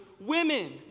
women